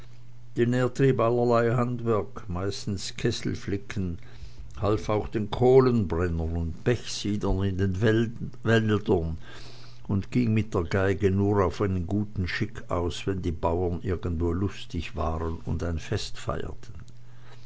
handwerk meistens kesselflicken half auch den kohlenbrennern und pechsiedern in den wäldern und ging mit der geige nur auf einen guten schick aus wenn die bauern irgendwo lustig waren und ein fest feierten